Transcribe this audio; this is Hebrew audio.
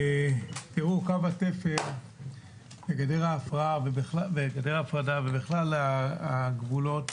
תראו, קו התפר בגדר ההפרדה ובכלל הגבולות